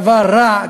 דבר רע,